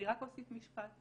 אני רק אוסיף משפט.